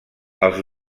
els